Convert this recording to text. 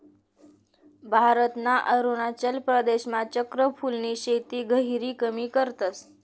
भारतना अरुणाचल प्रदेशमा चक्र फूलनी शेती गहिरी कमी करतस